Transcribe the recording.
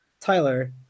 Tyler